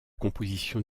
composition